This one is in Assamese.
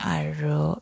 আৰু